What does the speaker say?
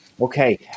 Okay